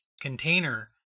container